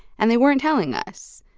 and they weren't telling us.